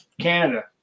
Canada